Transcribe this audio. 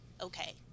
okay